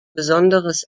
besonderes